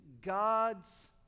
God's